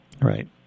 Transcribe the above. right